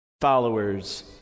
followers